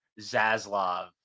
zaslav